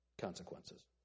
consequences